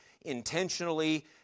intentionally